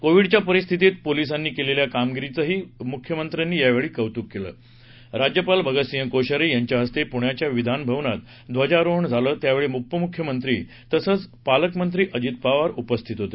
कोविडच्या परिस्थितीत पोलिसांनी केलेल्या कामगिरीचही मुख्यमंत्र्यांनी कौतुक केलं राज्यपाल भगतसिंह कोश्यारी यांच्या हस्ते पुण्याच्या विधानभवनात ध्वजारोहण झालं यावेळी उपमुख्यमंत्री तसचं पालकमंत्री अजित पवार उपस्थित होते